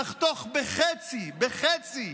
נחתוך בחצי, בחצי,